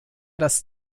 das